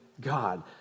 God